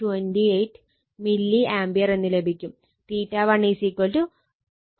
28 milli ampere എന്ന് ലഭിക്കും